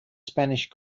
spanish